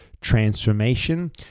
transformation